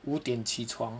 五点起床